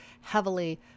heavily